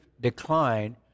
Decline